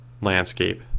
landscape